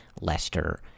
Lester